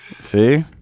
See